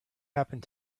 happened